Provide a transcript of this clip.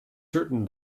certain